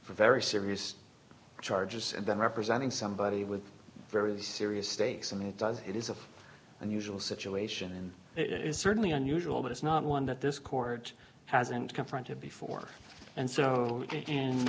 for very serious charges and then representing somebody with very serious stakes and it does it is an unusual situation and it is certainly unusual but it's not one that this court hasn't confronted before and so